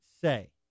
say